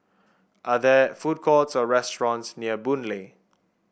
are there food courts or restaurants near Boon Lay